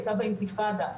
הייתה באינתיפאדה,